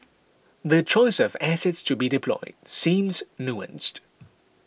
the choice of assets to be deployed seems nuanced